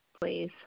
please